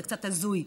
זה קצת הזוי.